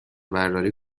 برداری